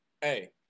Hey